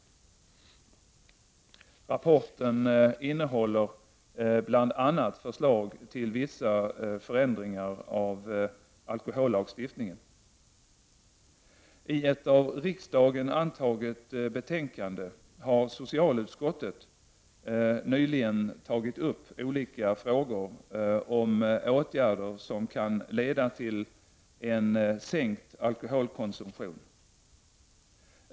Rapporten innehåller bl.a. förslag till vissa förändringar av alkohollagstiftningen. I ett av riksdagen antaget betänkande har socialutskottet nyligen tagit upp olika frågor om åtgärder som kan leda till en sänkning av alkoholkonsumtionen.